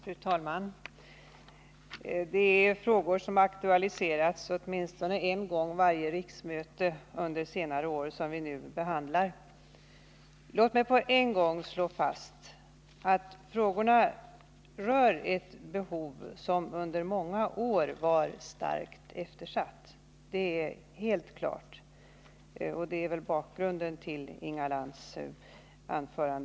Fru talman! Det är frågor som aktualiserats åtminstone en gång varje riksmöte under senare år som vi nu behandlar. Låt mig genast slå fast att frågorna rör ett behov som under många år var starkt eftersatt. Det är helt klart, och det är väl också bakgrunden till Inga Lantz anförande.